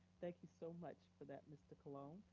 thank you so much for that, mr. colon.